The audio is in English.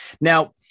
Now